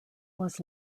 was